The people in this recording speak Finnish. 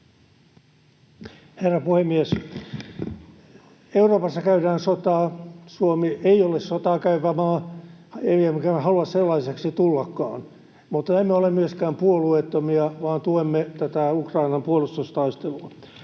Herra puhemies! Euroopassa käydään sotaa. Suomi ei ole sotaa käyvä maa, emmekä me halua sellaiseksi tullakaan, mutta emme ole myöskään puolueettomia vaan tuemme Ukrainan puolustustaistelua.